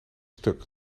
stuk